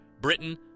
Britain